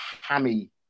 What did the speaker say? hammy